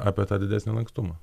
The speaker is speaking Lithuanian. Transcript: apie tą didesnį lankstumą